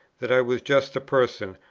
that i was just the person,